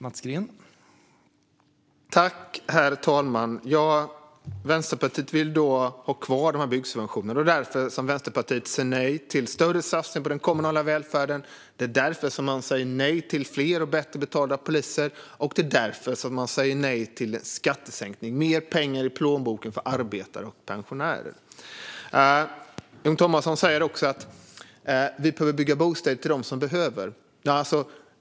Herr talman! Vänsterpartiet vill ha kvar de här byggsubventionerna. Det är därför Vänsterpartiet säger nej till större satsningar på den kommunala välfärden, nej till fler och bättre betalda poliser och nej till skattesänkningar, som ger mer pengar i plånboken för arbetare och pensionärer. Jon Thorbjörnson säger att vi behöver bygga bostäder till dem som behöver dem.